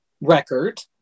record